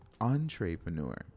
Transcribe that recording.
entrepreneur